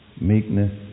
meekness